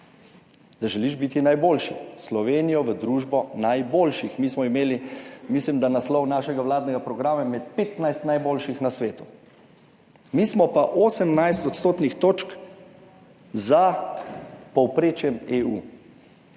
da želiš biti najboljši, Slovenijo v družbo najboljših. Mi smo imeli, mislim, da naslov našega vladnega programa med 15 najboljših na svetu, mi smo pa 18 odstotnih točk za povprečjem EU.